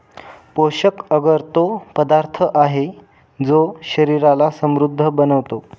पोषक अगर तो पदार्थ आहे, जो शरीराला समृद्ध बनवतो